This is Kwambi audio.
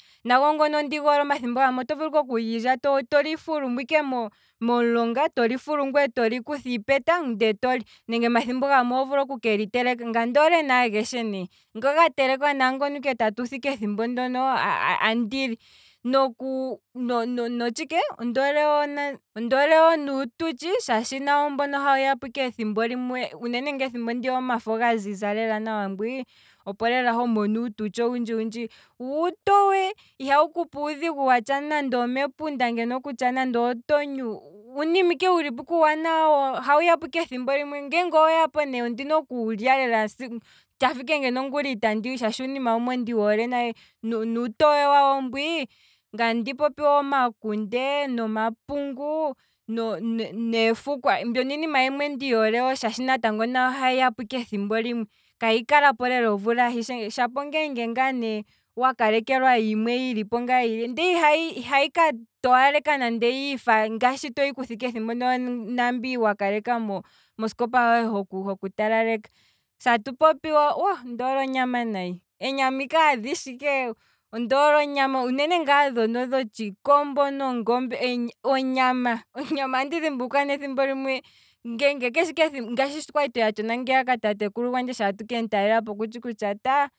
Nago ngono ondiga hole, shaashi thimbo limwe oto vulu ike okulilya toli fulumo ike momulonga, toli fulu, ngweye toli kutha iipeta ngwee toli, nenge omathimbo gamwe oho vulu okukeli teleka, ngaye ondoole ne ageshe ne, nga ga telekwa naangono tatu the ike ethombo ndono andili, noku notshike ondoole wo niititshi, shaashi nawo mbono ohawu yapo ike ethimbo limwe, uunene tuu una omafo ga ziza lela nawa mbwii, opo lela homono uututshi owundji lela ngii, wo uutowe, ihawu kupe uudhigu watsha kutya omepunda pamwe toti otonyu, uunima ike wu lipo uuwanawa, ohawu yapo ne ethimbolimwe, ngeenge oweya po ne, ondina okuwu lya lela tshafa ike nangula itandi wuli we, shaashi uunima wumwe ndi woole nayi nuutowe wawo mbwii, ngaye andi popi wo omakunde, omapungu neefukwa, mbyono iinima yimwe ndi yihole shaashi nayo natango ohayi yapo ike ethimbo limwe, kayi kalapo lela omvula ahishe, shapo ongeenge ngaa ne pwa kalekwelwa yimwe yi lipo ngaa, ndee ihayi ihayi ka towala yiifa ngaashi toyi kutha ike ethimbo ndono toyi tona, naambi wa kaleka mo- mosikopahohe hoku talaleka, se atu popi wo, ondoole onyama nayi, eenyama ike adhishe, uunene ngaa dhono dhotshikombo nongombe, onyama ngaashi andi dhimbulukwa esiku limwe, ngeenge keshe ike ethimbo, tatekulu gwandje shi atu kemutalelapo okutshi kutya taa